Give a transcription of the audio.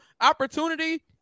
opportunity